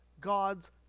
God's